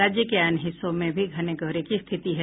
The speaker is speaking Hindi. राज्य के अन्य हिस्सों में भी घने कोहरे की स्थिति है